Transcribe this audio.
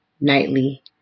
nightly